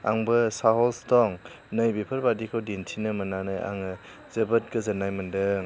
आंबो साहस दं नैबेफोर बादिखौ दिन्थिनो मोननानै आङो जोबोद गोजोननाय मोनदों